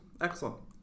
Excellent